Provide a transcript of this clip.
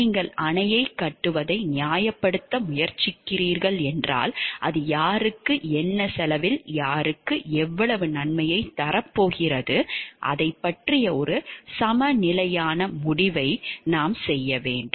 நீங்கள் அணையைக் கட்டுவதை நியாயப்படுத்த முயற்சிக்கிறீர்கள் என்றால் அது யாருக்கு என்ன செலவில் யாருக்கு எவ்வளவு நன்மையைத் தரப்போகிறது அதைப் பற்றிய ஒரு சமநிலையான முடிவை நாம் செய்ய வேண்டும்